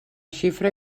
xifra